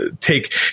Take